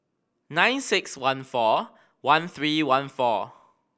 nine six one four one three one four